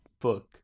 book